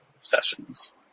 sessions